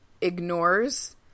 ignores